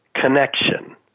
connection